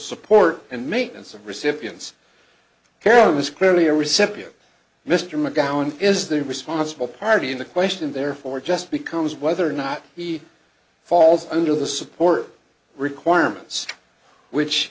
support and maintenance of recipients carom is clearly a recipient mr mcgowan is the responsible party in the question therefore just becomes whether or not he falls under the support requirements which